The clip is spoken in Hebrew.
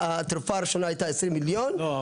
-- הראשונה הייתה 20 מיליון -- לא,